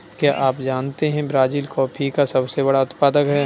क्या आप जानते है ब्राज़ील कॉफ़ी का सबसे बड़ा उत्पादक है